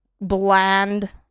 bland